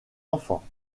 enfants